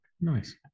Nice